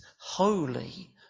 Holy